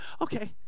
okay